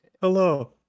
Hello